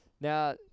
Now